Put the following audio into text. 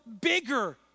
bigger